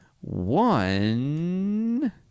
one